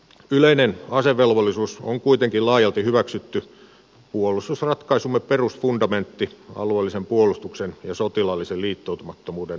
yleinen asevelvollisuus on kuitenkin laajalti hyväksytty puolustusratkaisumme perusfundamentti alueellisen puolustuksen ja sotilaallisen liittoutumattomuuden ohella